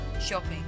shopping